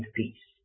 peace